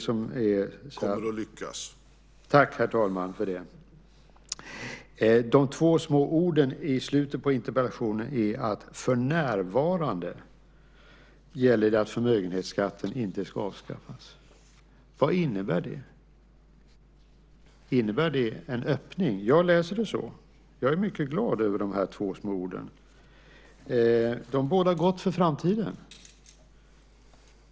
Låt mig då återgå till de två små orden i slutet på interpellationssvaret: För närvarande gäller att förmögenhetsskatten inte ska avskaffas. Vad innebär det? Innebär det en öppning? Jag läser det så. Jag är mycket glad över de två små orden. De bådar gott för framtiden.